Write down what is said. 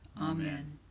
amen